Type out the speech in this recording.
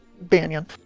Banyan